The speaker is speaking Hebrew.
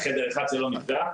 בחדר אחד שלא נפגע,